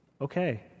Okay